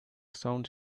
sounds